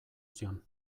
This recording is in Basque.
zion